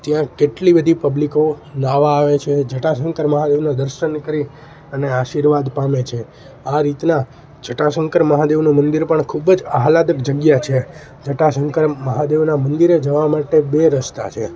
ત્યાં કેટલી બધી પબ્લિકો નાહવા આવે છે જટાશંકર મહાદેવના દર્શન કરી અને આશીર્વાદ પામે છે આ રીતના જટાશંકર મહાદેવનું મંદિર પણ ખૂબ જ આહલાદક જગ્યા છે જટાશંકર મહાદેવના મંદિરે જવા માટે બે રસ્તા છે